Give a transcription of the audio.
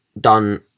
done